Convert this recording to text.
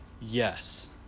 Yes